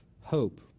hope